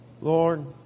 Lord